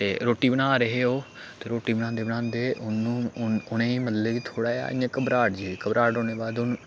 ते रुट्टी बना दे हे ओह् ते रुट्टी बनांदे बनांदे ओन्नू उ'नेंगी मतलब कि थोह्ड़ा जेहा इ'यां घबराह्ट जे घबराह्ट होने दे बाद औनू